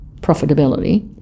profitability